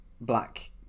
black